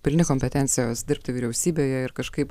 pilni kompetencijos dirbti vyriausybėje ir kažkaip